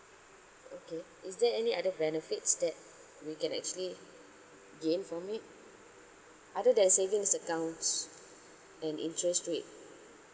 okay is there any other benefits that we can actually gain from it other than savings accounts and interest rate